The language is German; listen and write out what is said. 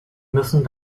müssen